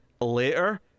later